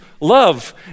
love